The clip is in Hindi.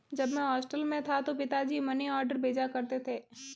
जब मैं हॉस्टल में था तो पिताजी मनीऑर्डर भेजा करते थे